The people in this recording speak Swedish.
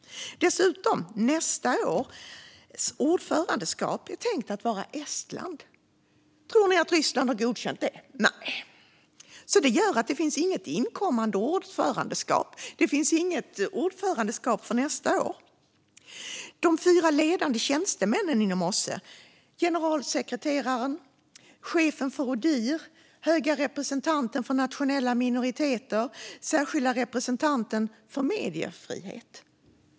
Nästa års ordförandeskap är tänkt att vara Estland. Tror ni att Ryssland har godkänt det? Nej. Det gör att det inte finns något inkommande ordförandeskap. Det finns inget ordförandeskap för nästa år. De fyra ledande tjänstemännen inom OSSE är generalsekreteraren, chefen för ODIHR, höga representanten för nationella minoriteter och särskilda representanten för mediefrihet.